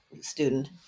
student